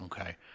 Okay